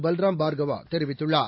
Balram பார்கவாதெரிவித்துள்ளார்